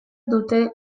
dute